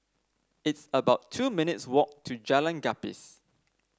it's about two minutes' walk to Jalan Gapis